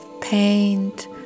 paint